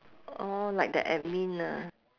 orh like the admin ah